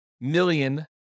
million